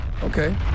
Okay